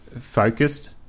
focused